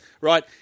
right